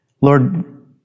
Lord